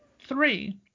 Three